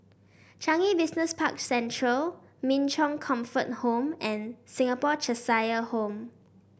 Changi Business Park Central Min Chong Comfort Home and Singapore Cheshire Home